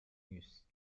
news